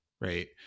right